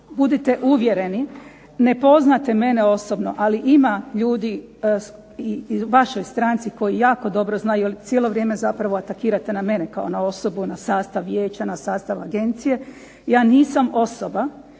budite uvjereni. Ne poznate mene osobno, ali ima ljudi i u vašoj stranci koji jako dobro znaju jer cijelo vrijeme zapravo atakirate na mene kao na osobu, na sastav vijeća, na sastav agencije. Ja nisam osoba